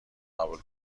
قبول